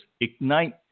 ignite